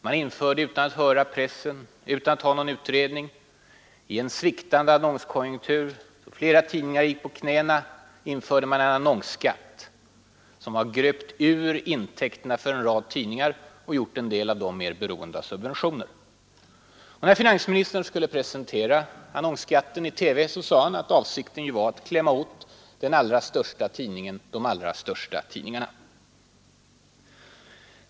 Man införde, utan att höra pressen eller någon utredning, i en sviktande annonskonjunktur, då flera tidningar gick på knäna, en annonsskatt som har gröpt ur intäkterna för en rad tidningar och gjort en del av dem mer beroende av subventioner. När finansministern skulle presentera annonsskatten i TV sade han att avsikten var att ”klämma åt” den allra största tidningen, de allra största tidningarna.